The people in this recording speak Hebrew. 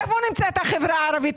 איפה נמצאת החברה הערבית?